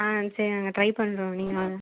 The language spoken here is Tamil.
ஆ சரி நாங்கள் ட்ரை பண்ணுறோம் நீங்கள்